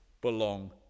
belong